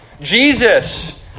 Jesus